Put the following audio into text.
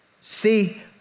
see